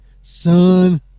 son